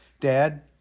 Dad